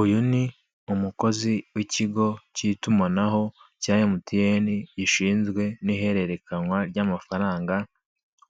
Uyu ni umukozi w'ikigo k'itumanaho cya emutiyeni gishinzwe n'ihererekanwa ry'amafaranga,